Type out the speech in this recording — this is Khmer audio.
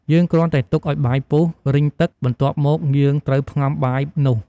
យើងគ្រាន់តែទុកឱ្យបាយពុះ រីងទឹក បន្ទាប់មកយើងត្រូវផ្ងំបាយនោះ។